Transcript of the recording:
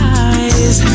eyes